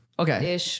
Okay